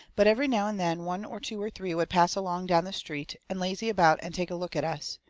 but every now and then one or two or three would pass along down the street, and lazy about and take a look at us.